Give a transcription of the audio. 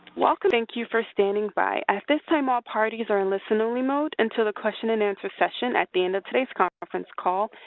welcome. and thank you for standing by. at this time, all parties are in listen only mode until the question and answer session at the end of today s conference call.